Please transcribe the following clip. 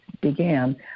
began